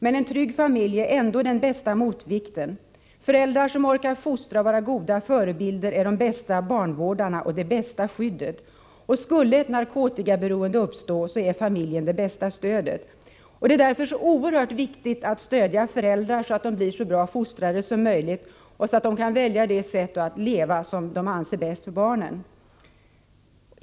Men en trygg familj är ändå den bästa motvikten. Föräldrar som orkar fostra och vara goda förebilder är de bästa barnvårdarna och det bästa skyddet. Skulle ett narkotikaberoende uppstå är familjen det bästa stödet. Det är därför så oerhört viktigt att stödja föräldrar så att de blir så bra fostrare som möjligt och så att de kan välja det sätt att leva som de anser bäst för barnen.